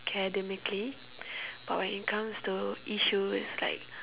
academically but when it comes to issues like